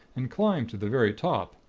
and climbed to the very top,